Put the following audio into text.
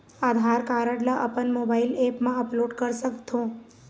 आधार card ला अपन mobile app मा अपलोड कर सकथों?